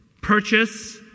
purchase